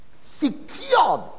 secured